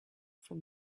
from